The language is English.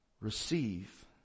Receive